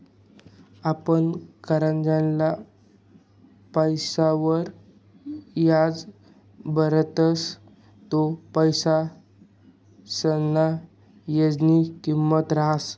आपण करजंना पैसासवर याज भरतस ते त्या पैसासना येयनी किंमत रहास